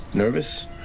Nervous